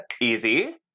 Easy